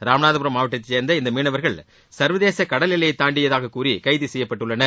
ராமநாதபுரம் மாவட்டத்தைச் சேர்ந்த இந்த மீனவர்கள் சர்வதேச கடல் எல்லையை தாண்டியதாகக்கூறி கைது செய்யப்பட்டுள்ளன்